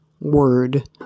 word